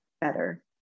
better